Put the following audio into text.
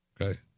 okay